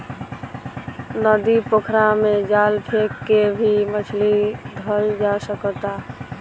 नदी, पोखरा में जाल फेक के भी मछली धइल जा सकता